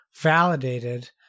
validated